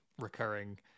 recurring